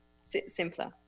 simpler